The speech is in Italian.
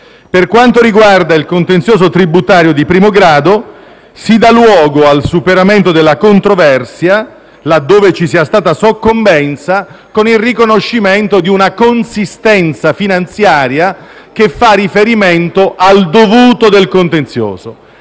Per quanto riguarda il contenzioso tributario di primo grado si dà luogo al superamento della controversia laddove ci sia stata soccombenza con il riconoscimento di una consistenza finanziaria che fa riferimento al dovuto del contenzioso.